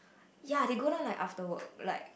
ya they go down like after work like